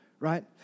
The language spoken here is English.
Right